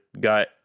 got